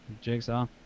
jigsaw